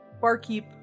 barkeep